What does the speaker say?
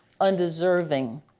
undeserving